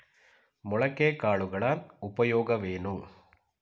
ಮೊಳಕೆ ಕಾಳುಗಳ ಉಪಯೋಗವೇನು?